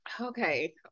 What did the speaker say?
okay